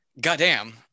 goddamn